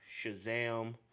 Shazam